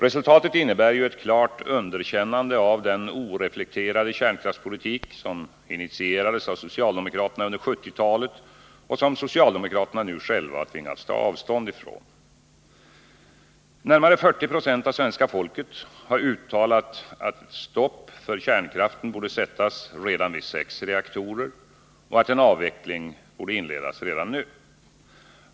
Resultatet innebär ju ett klart underkännande av den oreflekterade kärnkraftspolitik som initierades av socialdemokraterna under 1970-talet och som socialdemokraterna nu själva tvingats ta avstånd från. Närmare 40 90 av svenska folket har uttalat att ett stopp för kärnkraften borde sättas redan vid sex reaktorer och att en avveckling borde inledas redan nu.